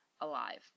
alive